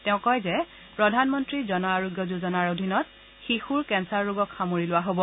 তেওঁ কয় যে প্ৰধানমন্ত্ৰী জন আৰোগ্য যোজনাৰ অধীনত শিশুৰ কেন্দাৰ ৰোগক সামৰি লোৱা হ'ব